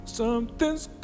something's